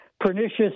pernicious